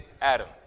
Adam